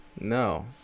No